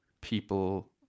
people